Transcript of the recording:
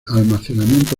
almacenamiento